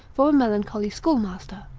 for a melancholy schoolmaster,